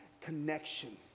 connection